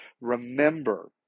Remember